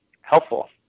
helpful